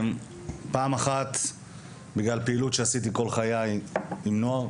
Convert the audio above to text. פעם אחת בגלל פעילות שעשיתי כל חיי עם נוער,